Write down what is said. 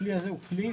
הכלי הזה הוא כלי